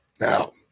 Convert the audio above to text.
now